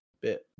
bit